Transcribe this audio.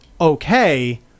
okay